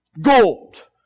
Gold